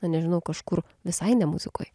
na nežinau kažkur visai ne muzikoj